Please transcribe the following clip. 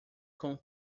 com